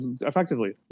Effectively